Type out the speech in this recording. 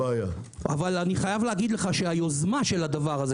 אבל היוזמה של זה,